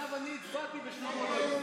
התשפ"ב 2022,